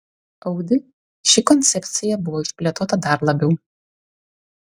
audi ši koncepcija buvo išplėtota dar labiau